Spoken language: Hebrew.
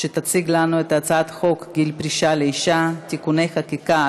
שתציג לנו את הצעת חוק גיל פרישה לאישה (תיקוני חקיקה),